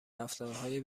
رفتارهای